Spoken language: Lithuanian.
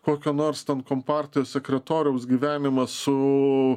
kokio nors kompartijos sekretoriaus gyvenimą su